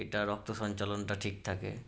এতে রক্ত সঞ্চালনটা ঠিক থাকে